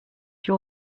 your